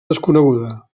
desconeguda